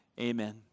Amen